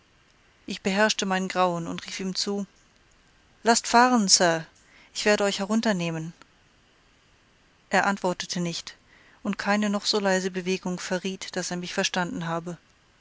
ich beherrschte mein grauen und rief ihm zu laßt fahren sir ich werde euch herunternehmen er antwortete nicht und keine noch so leise bewegung verriet daß er mich verstanden habe